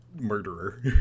murderer